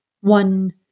one